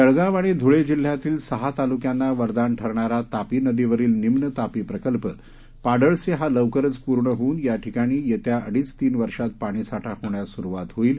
जळगाव आणि धुळे जिल्ह्यातील सहा तालुक्यांना वरदान ठरणारा तापी नदीवरील निम्न तापी प्रकल्प पाडळसे हा लवकरच पूर्ण होऊन याठिकाणी येत्या अडीच तीन वर्षात पाणीसाठा होण्यास सुरुवात होईल